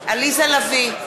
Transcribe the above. לביא,